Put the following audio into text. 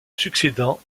succédant